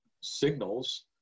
signals